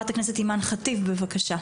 חברת הכנסת אימאן ח'טיב בבקשה.